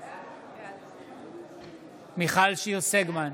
בעד חברי הכנסת,